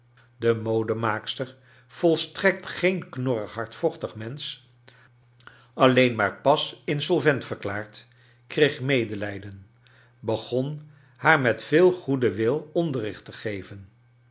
de modemaakster volstrekt geen knorrig hardvochtig mensch alleen maar pas insolvent verklaard kreeg medelijden begon haar met veel goeden wil onderricht te geven